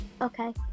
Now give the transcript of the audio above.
Okay